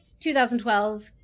2012